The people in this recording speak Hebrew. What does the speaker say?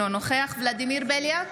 אינו נוכח ולדימיר בליאק,